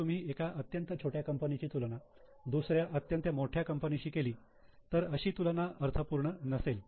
जर तुम्ही एका अत्यंत छोट्या कंपनीची तुलना दुसऱ्या अत्यंत मोठ्या कंपनीशी केली तर अशी तुलना अर्थपूर्ण नसेल